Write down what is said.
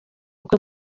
bukwe